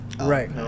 Right